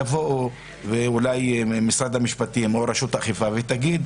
אחרי תקופה יבואו משרד המשפטים או רשות אכיפה ויגידו: